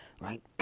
Right